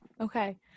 Okay